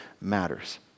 matters